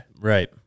Right